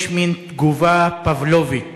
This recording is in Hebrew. יש מין תגובה פבלובית